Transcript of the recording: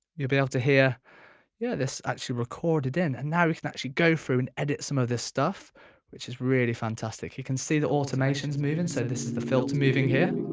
you'll be able to hear yeah this actually recorded in and now we can actually go through and edit some of this stuff which is really fantastic. you can see the automation is moving so this is the filter moving here.